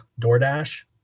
DoorDash